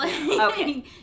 Okay